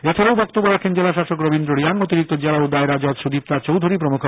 এছাড়াও বক্তব্য রাখেন জেলা শাসক রবীন্দ্র রিয়াং অতিরিক্ত জেলা ও দায়রা জজ সুদীপ্তা চৌধুরি প্রমুখ